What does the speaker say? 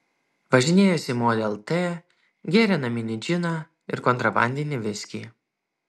važinėjosi model t gėrė naminį džiną ir kontrabandinį viskį